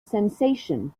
sensation